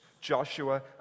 Joshua